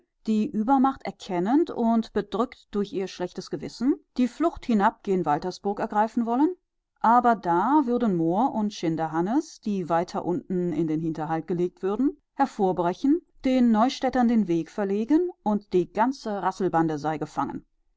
die übermacht erkennend und bedrückt durch ihr schlechtes gewissen die flucht hinab gen waltersburg ergreifen wollen aber da würden moor und schinderhannes die weiter unten in den hinterhalt gelegt würden hervorbrechen den neustädtern den weg verlegen und die ganze rasselbande sei gefangen